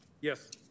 Yes